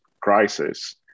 crisis